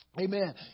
Amen